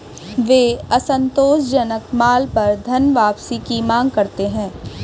वे असंतोषजनक माल पर धनवापसी की मांग करते हैं